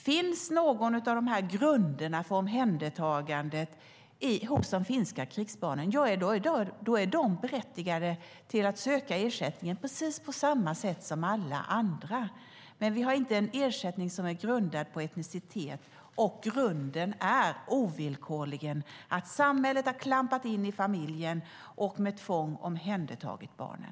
Finns någon av grunderna för omhändertagande hos de finska krigsbarnen är de berättigade att söka ersättningen precis på samma sätt som alla andra. Men vi har inte en ersättning som är grundad på etnicitet. Grunden är ovillkorligen att samhället har klampat in i familjen och med tvång omhändertagit barnen.